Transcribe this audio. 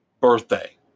birthday